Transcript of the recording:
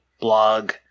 blog